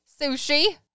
Sushi